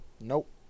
Nope